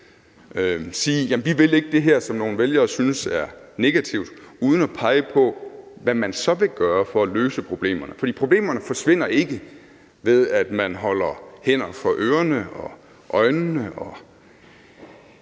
sige, at man ikke vil det her, som nogle vælgere synes er negativt, uden at pege på, hvad man så vil gøre for at løse problemerne. For problemerne forsvinder ikke, ved at man holder hænderne for ørerne og øjnene.